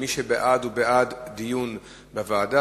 מי שבעד הוא בעד דיון בוועדה,